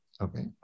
Okay